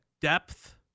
depth